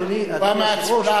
אדוני היושב-ראש,